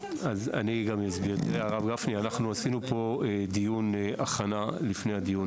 אנחנו עשינו פה דיון הכנה לפני הדיון